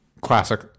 classic